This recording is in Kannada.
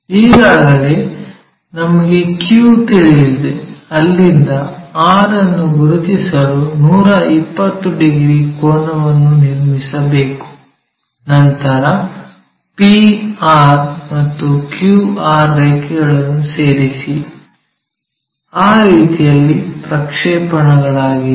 ಈಗಾಗಲೇ ನಮಗೆ q ತಿಳಿದಿದೆ ಅಲ್ಲಿಂದ r ಅನ್ನು ಗುರುತಿಸಲು 120 ಡಿಗ್ರಿ ಕೋನವನ್ನು ನಿರ್ಮಿಸಬೇಕು ನಂತರ p r ಮತ್ತು q r ರೇಖೆಗಳನ್ನು ಸೇರಿಸಿ ಆ ರೀತಿಯಲ್ಲಿ ಪ್ರಕ್ಷೇಪಣಗಳಾಗಿವೆ